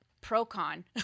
pro-con